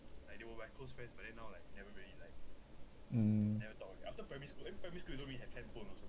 mm